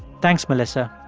thanks, melissa